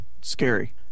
Scary